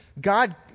God